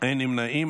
אין נמנעים.